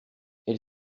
elle